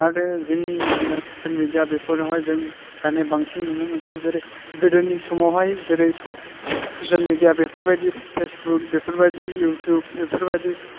आरो जोंनि media social media बेफोरावहाय जों दानिया बांसिन नुनो मोनसै जेरै गोदोनि समावहाय जेरै ससे ससियेल मेदिया बेफोरबायदि फेसबुक बेफोरबायदि इउथुब बेफोरबायदि